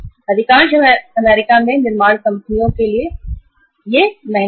यह सुविधा अमेरिका के उत्पादन क्षेत्र एवं कंपनियों के लिए बहुत महंगी है